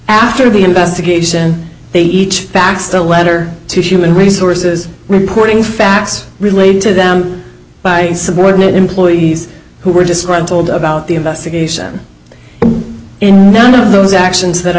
after the investigation they each backed still letter to human resources reporting facts related to them by subordinate employees who were disgruntled about the investigation and in none of those actions that i